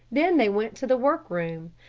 then they went to the work-room.